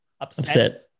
upset